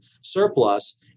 surplus